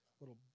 little